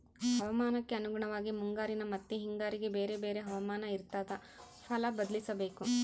ಹವಾಮಾನಕ್ಕೆ ಅನುಗುಣವಾಗಿ ಮುಂಗಾರಿನ ಮತ್ತಿ ಹಿಂಗಾರಿಗೆ ಬೇರೆ ಬೇರೆ ಹವಾಮಾನ ಇರ್ತಾದ ಫಲ ಬದ್ಲಿಸಬೇಕು